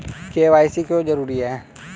KYC क्यों जरूरी है?